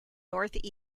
north